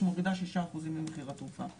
וכן: לוועדה הגיעו הרבה תהיות לגבי תרופות כאלה ואחרות.